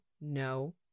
No